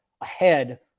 ahead